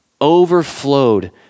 overflowed